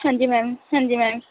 ਹਾਂਜੀ ਮੈਮ ਹਾਂਜੀ ਮੈਮ